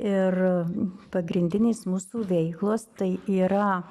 ir pagrindinės mūsų veiklos tai yra